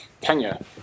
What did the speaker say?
Kenya